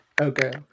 Okay